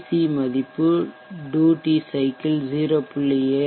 C மதிப்பு duty cycle 0